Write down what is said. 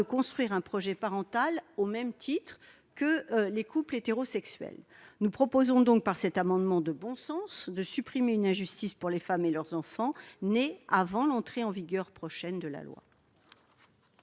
construire un projet parental au même titre que les couples hétérosexuels. Nous proposons donc, par cet amendement de bon sens, de remédier à une injustice pour les enfants nés avant l'entrée en vigueur de ce texte et